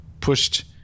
pushed